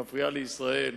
מפריע לישראל.